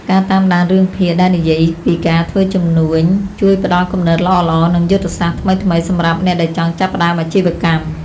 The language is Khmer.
ការតាមដានរឿងភាគដែលនិយាយពីការធ្វើជំនួញជួយផ្ដល់គំនិតល្អៗនិងយុទ្ធសាស្ត្រថ្មីៗសម្រាប់អ្នកដែលចង់ចាប់ផ្ដើមអាជីវកម្ម។